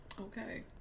okay